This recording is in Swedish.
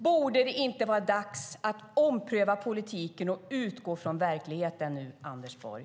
Borde det inte vara dags att ompröva politiken och utgå från verkligheten nu, Anders Borg?